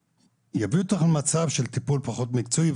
שיביא אותך למצב של טיפול פחות מקצועי,